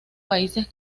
países